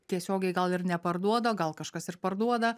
tiesiogiai gal ir neparduoda o gal kažkas ir parduoda